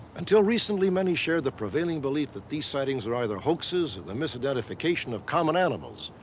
until recently many share the prevailing belief that these sightings were either hoaxes or the misidentification of common animals.